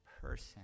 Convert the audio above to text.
person